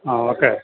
ആ ഓക്കേ